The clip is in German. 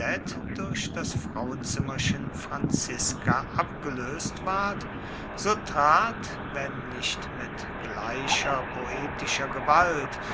durch das frauenzimmerchen franziska abgeloest ward so trat wenn nicht mit gleicher poetischer gewalt